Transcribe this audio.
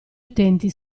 utenti